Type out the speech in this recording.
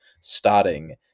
starting